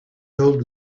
old